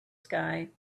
sky